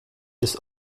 ist